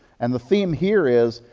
and the theme here is,